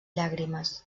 llàgrimes